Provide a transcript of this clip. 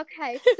Okay